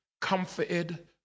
comforted